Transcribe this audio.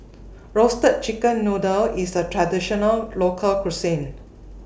Roasted Chicken Noodle IS A Traditional Local Cuisine